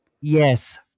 yes